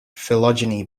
phylogeny